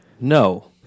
No